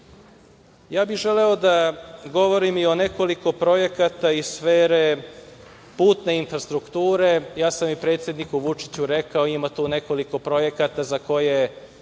bih da govorim i o nekoliko projekata iz sfere putne infrastrukture. I predsedniku Vučiću sam rekao, ima tu nekoliko projekata za koje